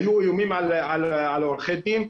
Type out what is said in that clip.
היו איומים על עורכי דין,